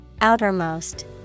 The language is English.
Outermost